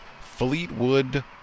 fleetwood